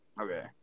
Okay